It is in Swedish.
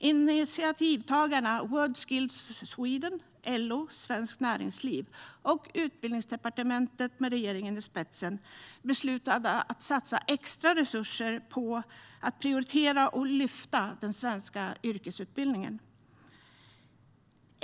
Initiativtagarna, World Skills Sweden, LO, Svenskt Näringsliv och Utbildningsdepartementet med regeringen i spetsen beslutade att satsa extra resurser på att prioritera och lyfta fram den svenska yrkesutbildningen.